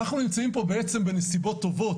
אנחנו נמצאים פה בעצם בנסיבות טובות,